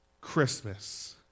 Christmas